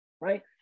right